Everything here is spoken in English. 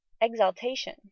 exaltation